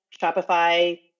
Shopify